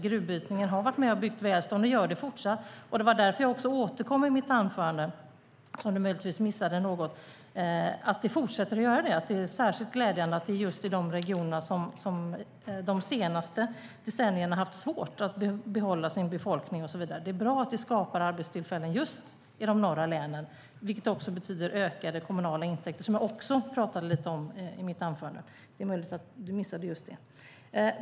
Gruvbrytningen har varit med och byggt välstånd och gör det fortsatt. Det var också därför jag i mitt anförande - om du möjligtvis missade något - återkom till att den fortsätter att göra det, att det är särskilt glädjande att den gör det just i de regioner som de senaste decennierna haft svårt att behålla sin befolkning och så vidare. Det är bra att vi skapar arbetstillfällen just i länen i norr, vilket betyder ökade kommunala intäkter. Det pratade jag också lite om i mitt anförande, men det är möjligt att du missade just det.